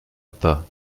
pas